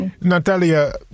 Natalia